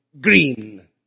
green